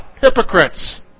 Hypocrites